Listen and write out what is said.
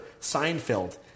Seinfeld